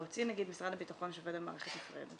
להוציא נגיד משרד הביטחון שעובד במערכת נפרדת,